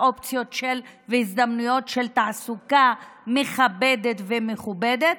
אופציות והזדמנויות לתעסוקה מכבדת ומכובדת.